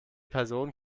person